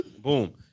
Boom